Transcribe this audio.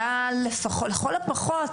היה לכל הפחות,